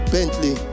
Bentley